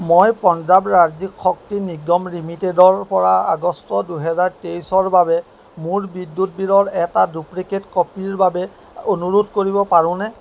মই পঞ্জাৱ ৰাজ্যিক শক্তি নিগম লিমিটেডৰ পৰা আগষ্ট দুহেজাৰ তেইছৰ বাবে মোৰ বিদ্যুৎ বিলৰ এটা ডুপ্লিকেট কপিৰ বাবে অনুৰোধ কৰিব পাৰোঁনে